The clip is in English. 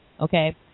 Okay